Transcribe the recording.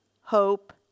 hope